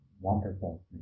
wonderful